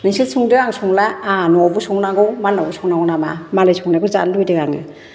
नोंसोर संदो आं संला आहा न'आवबो संनांगौ मालायनावबो संनांगौ नामा मालाय संनायखौ जानो लुबैदों आङो